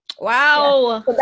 wow